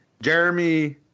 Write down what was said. Jeremy